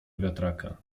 wiatraka